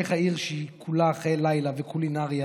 איך העיר שהיא כולה חיי לילה וקולינריה,